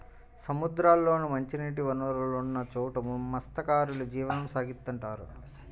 సముద్రాల్లోనూ, మంచినీటి వనరులున్న చోట మత్స్యకారులు జీవనం సాగిత్తుంటారు